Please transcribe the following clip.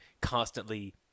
constantly